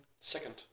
Second